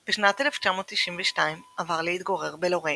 בשנת 1992 עבר להתגורר בלוריין,